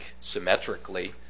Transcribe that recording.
symmetrically